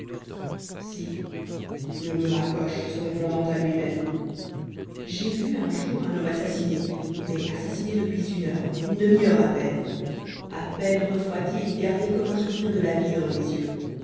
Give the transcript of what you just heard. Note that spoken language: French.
si murmura coche se répondant à lui-même j'ai vu un jour un homme assassiné mais assassiné depuis une heure une demiheure à peine à peine refroidi il gardait comme un souvenir de la vie dans les yeux